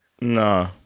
no